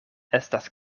estas